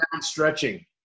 stretching